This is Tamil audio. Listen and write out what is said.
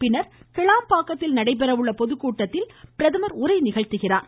பின்னர் கிளாம்பாக்கத்தில் நடைபெற உள்ள பொதுக்கூட்டத்தில் பிரதமர் உரையாற்றுகிறார்